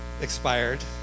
expired